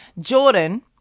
Jordan